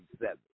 seven